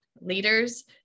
leaders